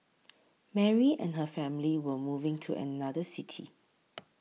Mary and her family were moving to another city